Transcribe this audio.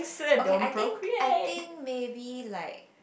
okay I think I think maybe like